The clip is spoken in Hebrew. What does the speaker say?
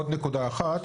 עוד נקודה אחת: